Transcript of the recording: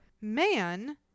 man